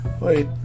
Wait